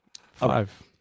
Five